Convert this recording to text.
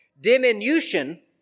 Diminution